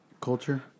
Culture